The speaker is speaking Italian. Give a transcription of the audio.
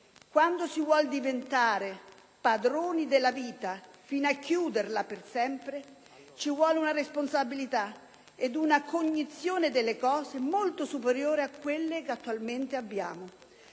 quando si vuol diventare padroni della vita fino a chiuderla per sempre ci vuole una responsabilità ed una cognizione delle cose molto superiore a quelle che attualmente abbiamo,